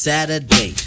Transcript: Saturday